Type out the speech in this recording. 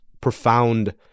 profound